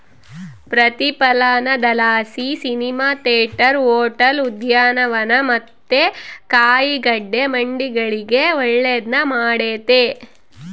ಪ್ರತಿಫಲನದಲಾಸಿ cinema theatre, hotel, ಉದ್ಯಾನವನ ಮತ್ತೆ ಕಾಯಿಗಡ್ಡೆ ಮಂಡಿಗಳಿಗೆ ಒಳ್ಳೆದ್ನ ಮಾಡೆತೆ